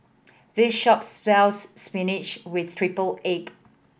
this shop sells spinach with triple egg